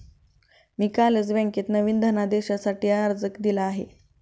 मी कालच बँकेत नवीन धनदेशासाठी अर्ज दिला आहे